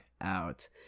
out